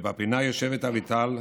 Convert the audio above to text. ובפינה יושבת אביטל,